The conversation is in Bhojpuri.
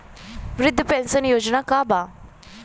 वृद्ध पेंशन योजना का बा?